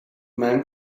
man